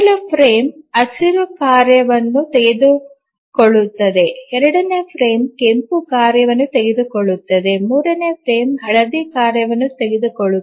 ಮೊದಲ ಫ್ರೇಮ್ ಹಸಿರು ಕಾರ್ಯವನ್ನು ತೆಗೆದುಕೊಳ್ಳುತ್ತದೆ ಎರಡನೇ ಫ್ರೇಮ್ ಕೆಂಪು ಕಾರ್ಯವನ್ನು ತೆಗೆದುಕೊಳ್ಳುತ್ತದೆ ಮೂರನೇ ಫ್ರೇಮ್ ಹಳದಿ ಕಾರ್ಯವನ್ನು ತೆಗೆದುಕೊಳ್ಳುತ್ತದೆ